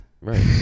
Right